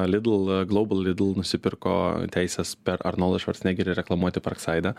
lidl global lidl nusipirko teises per arnoldą švarcnegerį reklamuoti park saidą